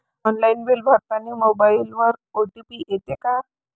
Online bill भरतानी मोबाईलवर OTP येते का?